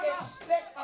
expect